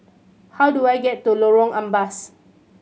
how do I get to Lorong Ampas